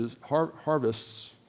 harvests